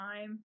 time